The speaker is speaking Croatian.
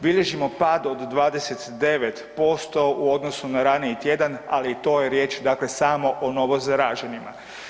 Bilježimo pad od 29% u odnosu na raniji tjedan, ali i to je riječ dakle samo o novo zaraženima.